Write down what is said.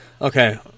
Okay